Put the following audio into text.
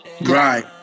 Right